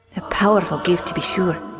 a powerful gift to be sure.